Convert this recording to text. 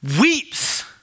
weeps